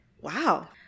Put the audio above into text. Wow